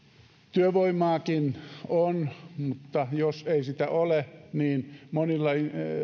työvoimaakin on mutta jos ei sitä ole niin monilla